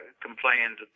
complained